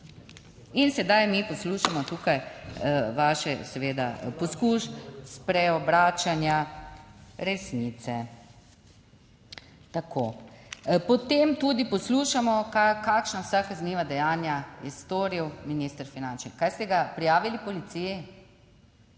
In sedaj mi poslušamo tukaj vaše, seveda poskus spreobračanja resnice. Potem tudi poslušamo, kakšna vsa kazniva dejanja je storil minister Boštjančič. Ste ga prijavili policiji?